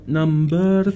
number